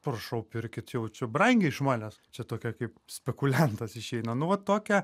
prašau pirkit jau čia brangiai iš manęs čia tokia kaip spekuliantas išeina nu va tokia